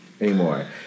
anymore